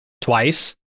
twice